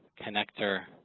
connector,